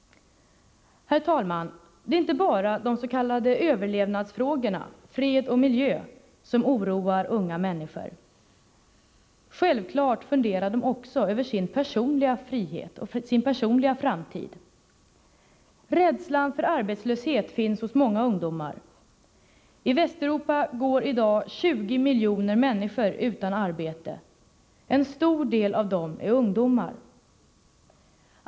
Herr talman! Det är inte bara de s.k. överlevnadsfrågorna — fred och miljö —-som oroar unga människor. Självklart funderar de också över sin personliga framtid. Rädslan för arbetslöshet finns hos många ungdomar. I Västeuropa går i dag 20 miljoner människor utan arbete. En stor del av dem är ungdomar.